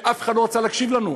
אף אחד לא רצה להקשיב לנו,